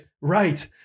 Right